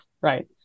right